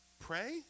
pray